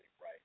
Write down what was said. right